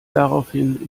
daraufhin